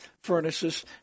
furnaces